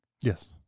Yes